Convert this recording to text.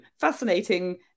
fascinating